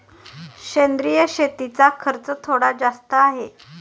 सेंद्रिय शेतीचा खर्च थोडा जास्त आहे